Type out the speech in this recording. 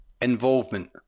Involvement